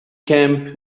camp